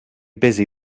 busy